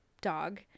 dog